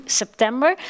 september